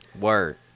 Word